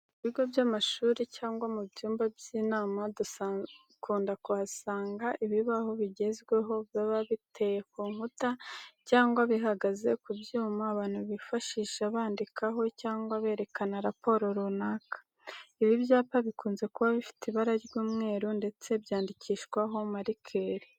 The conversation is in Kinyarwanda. Mu bigo by'amashuri cyangwa mu byumba by'inama dukunze kuhasanga ibibaho bigezweho biba biteye ku nkuta cyangwa bihagaze ku byuma abantu bifashisha bandikaho cyangwa berekana raporo runaka. Ibi byapa bikunze kuba bifite ibara ry'umweru ndetse byandikishwaho marikeri.